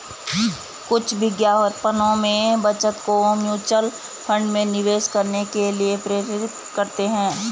कुछ विज्ञापनों में बचत को म्यूचुअल फंड में निवेश करने के लिए प्रेरित करते हैं